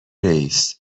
رئیس